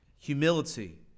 humility